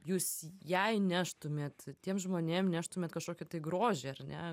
jūs jai neštumėt tiem žmonėm neštumėt kažkokį tai grožį ar ne